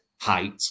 height